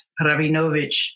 Rabinovich